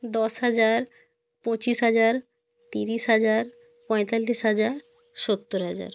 দশ হাজার পঁচিশ হাজার তিরিশ হাজার পঁয়তাল্লিশ হাজার সত্তর হাজার